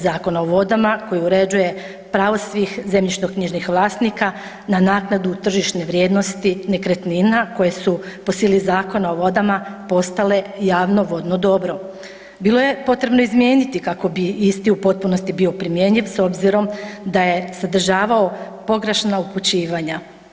Zakona o vodama koji uređuje pravo svih zemljišnoknjižnih vlasnika na naknadu tržišne vrijednosti nekretnina koje su po sili Zakona o vodama postale javno vodno dobro, bilo je potrebno izmijeniti kako bi isti u potpunosti bio primjenjiv s obzirom da je sadržavao pogrešna upućivanja.